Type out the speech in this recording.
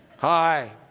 Hi